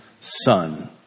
Son